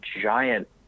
giant